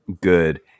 good